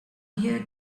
here